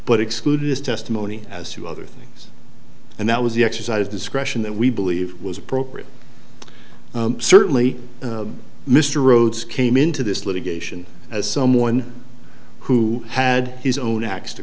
but excluded his testimony as to other things and that was the exercise of discretion that we believe was appropriate certainly mr rhodes came into this litigation as someone who had his own axe to